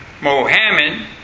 Mohammed